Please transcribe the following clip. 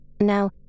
Now